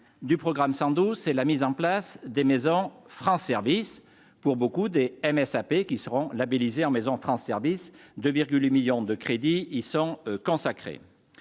du programme 112 c'est la mise en place des maisons France service pour beaucoup de MSAP qui seront labellisés en maison France Services 2 millions de crédits y sont consacrés,